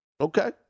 okay